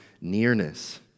nearness